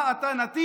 מה, אתה נתין?